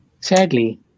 Sadly